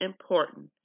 important